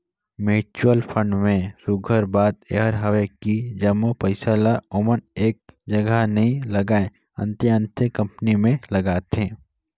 mutual fund में सुग्घर बात एहर हवे कि जम्मो पइसा ल ओमन एक जगहा नी लगाएं, अन्ते अन्ते कंपनी में लगाथें